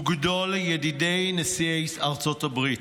הוא גדול ידידי ישראל נשיאי ארצות הברית.